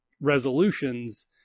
resolutions